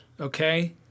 Okay